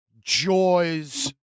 Joys